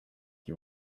you